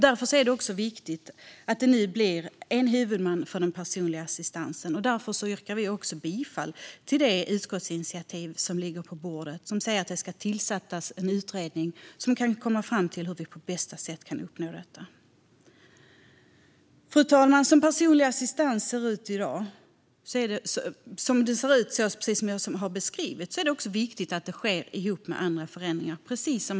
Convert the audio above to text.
Därför är det viktigt att det nu blir en huvudman för den personliga assistansen, och jag yrkar även bifall till utskottsinitiativet om att det ska tillsättas en utredning för att komma fram till hur detta uppnås på bästa sätt. Fru talman! Som personlig assistans ser ut i dag är det, precis som flera har påpekat, viktigt att det också görs andra förändringar.